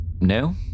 No